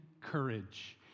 courage